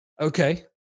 Okay